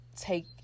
take